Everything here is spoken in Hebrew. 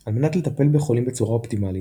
על מנת לטפל בחולים בצורה אופטימלית,